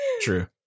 true